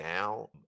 now